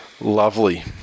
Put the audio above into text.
Lovely